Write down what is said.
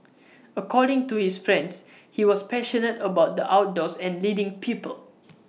according to his friends he was passionate about the outdoors and leading people